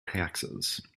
taxes